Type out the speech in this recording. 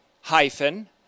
hyphen